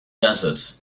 desert